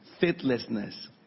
Faithlessness